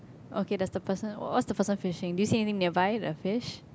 okay the third person what's the person fishing do you see any nearby the fish